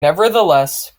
nevertheless